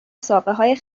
ساقههای